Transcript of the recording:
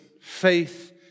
faith